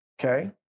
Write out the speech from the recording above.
Okay